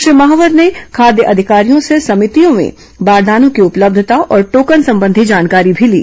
श्री महावर ने खाद्य अधिकारियों से समितियों में बारदानों की उपलब्धता और टोकन संबंधी जानकारी भी ली